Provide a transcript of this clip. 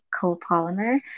copolymer